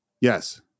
Yes